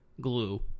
glue